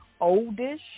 Oldish